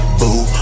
boo